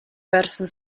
verso